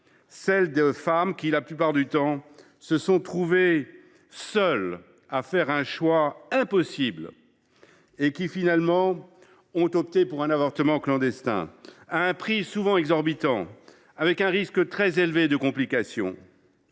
celles de femmes qui, la plupart du temps, se sont trouvées seules à faire un choix impossible et qui ont finalement opté pour un avortement clandestin, à un prix souvent exorbitant et avec un risque très élevé de complications.